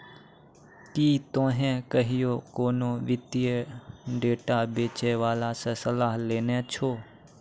कि तोहें कहियो कोनो वित्तीय डेटा बेचै बाला के सलाह लेने छो?